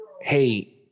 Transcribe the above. hey